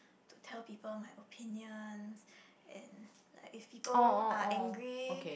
to tell people my opinions and like if people are angry